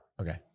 Okay